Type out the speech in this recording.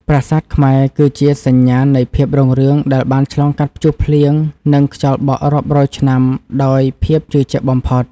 ប្រាសាទខ្មែរគឺជាសញ្ញាណនៃភាពរុងរឿងដែលបានឆ្លងកាត់ព្យុះភ្លៀង និង ខ្យល់បក់រាប់រយឆ្នាំដោយភាពជឿជាក់បំផុត។